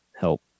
help